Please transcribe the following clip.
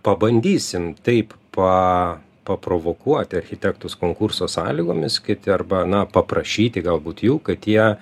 pabandysim taip pa paprovokuoti architektus konkurso sąlygomis kiti arba na paprašyti galbūt jų kad jie